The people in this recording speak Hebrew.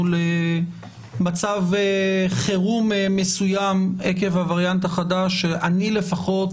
למצב חירום מסוים עקב הווריאנט החדש שאני לפחות